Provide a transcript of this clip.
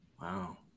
Wow